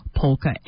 Polka